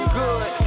good